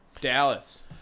Dallas